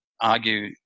argue